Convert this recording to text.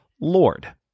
Lord